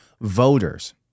voters